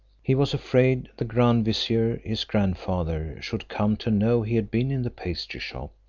he was afraid the grand vizier his grandfather should come to know he had been in the pastry shop,